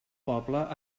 poble